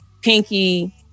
pinky